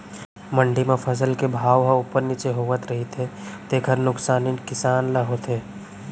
मंडी म फसल के भाव ह उप्पर नीचे होवत रहिथे तेखर नुकसानी किसान ल होथे